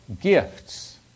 gifts